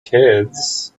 kids